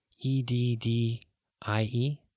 E-D-D-I-E